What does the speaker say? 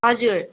हजुर